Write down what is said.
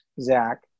Zach